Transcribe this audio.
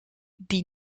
die